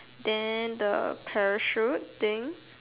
then the parachute thing